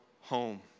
home